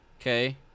Okay